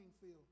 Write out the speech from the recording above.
field